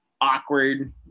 awkward